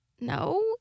No